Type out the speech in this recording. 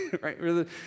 right